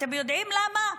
אתם יודעים למה?